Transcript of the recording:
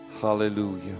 Hallelujah